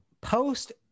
Post